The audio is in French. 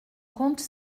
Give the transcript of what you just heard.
compte